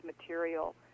material